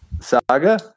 Saga